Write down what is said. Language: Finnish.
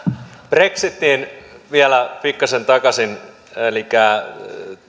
brexitiin vielä pikkasen takaisin elikkä